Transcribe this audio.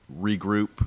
regroup